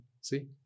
See